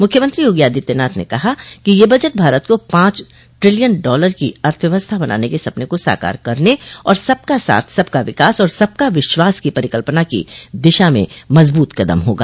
मुख्यमंत्री योगी आदित्यनाथ ने कहा कि यह बजट भारत को पांच ट्रिलियन डॉलर की अर्थव्यवस्था बनाने के सपने को साकार करने और सबका साथ सबका विकास और सबका विश्वास की परिकल्पना की दिशा में मजबूत कदम होगा